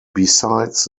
besides